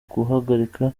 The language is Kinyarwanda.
guhagarika